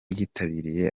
yitabiriye